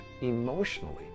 emotionally